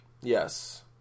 yes